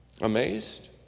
Amazed